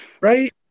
Right